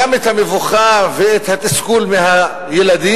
גם את המבוכה ואת התסכול מהילדים,